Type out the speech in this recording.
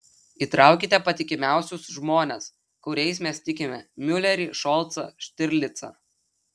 įtraukite patikimiausius žmones kuriais mes tikime miulerį šolcą štirlicą